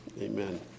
amen